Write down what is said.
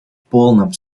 полном